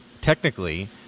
technically